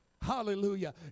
hallelujah